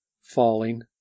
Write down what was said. falling